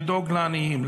לדאוג לעניים,